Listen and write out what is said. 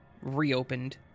reopened